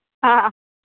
હા